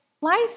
life